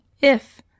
If